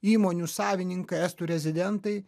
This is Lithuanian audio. įmonių savininkai estų rezidentai